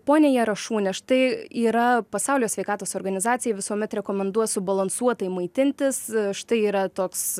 ponia jarašūne štai yra pasaulio sveikatos organizacija visuomet rekomenduos subalansuotai maitintis štai yra toks